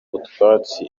utwatsi